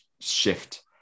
shift